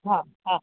हा हा